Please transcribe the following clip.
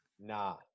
Nah